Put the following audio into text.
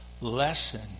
lesson